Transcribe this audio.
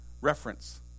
reference